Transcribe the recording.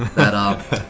that ah.